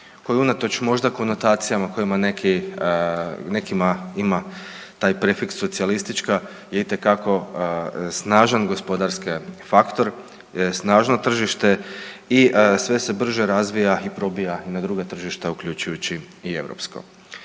koji unatoč možda, konotacijama kojima nekima ima taj prefiks socijalistička je itekako snažan gospodarski faktor, snažno tržište i sve se brže razvija i probija i na druga tržišta, uključujući i europsko.